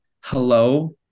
hello